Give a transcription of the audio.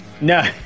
No